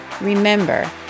remember